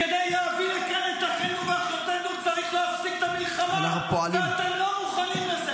אתם לא מוכנים.